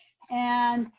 and